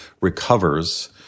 recovers